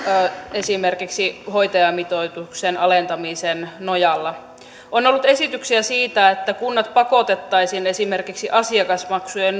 esimerkiksi hoitajamitoituksen alentamisen nojalla on ollut esityksiä siitä että kunnat pakotettaisiin esimerkiksi asiakasmaksujen